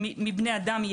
לבני אדם,